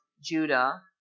Judah